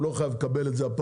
הוא לא חייב לקבל את זה הפעם,